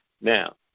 Now